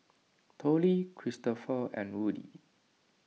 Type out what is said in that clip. Tollie Christoper and Woody